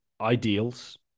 ideals